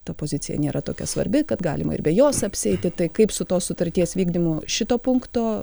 ta pozicija nėra tokia svarbi kad galima ir be jos apsieiti tai kaip su tos sutarties vykdymu šito punkto